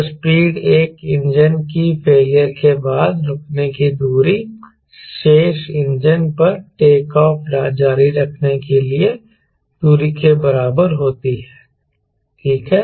जो स्पीड एक इंजन की फेलियर के बाद रुकने की दूरी शेष इंजन पर टेकऑफ़ जारी रखने के लिए दूरी के बराबर होती है ठीक है